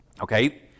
Okay